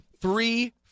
Three